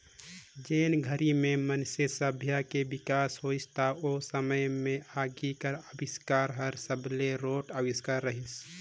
जेन घरी में मइनसे सभ्यता के बिकास होइस त ओ समे में आगी कर अबिस्कार हर सबले रोंट अविस्कार रहीस